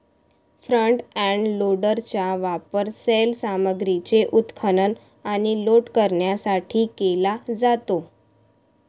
front end लोडरचा वापर सैल सामग्रीचे उत्खनन आणि लोड करण्यासाठी केला जातो